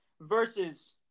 versus